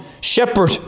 shepherd